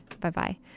Bye-bye